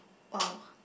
!wow!